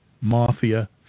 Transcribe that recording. mafia